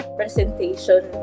presentation